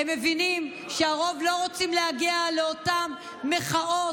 הם מבינים שהרוב לא רוצים להגיע לאותן מחאות,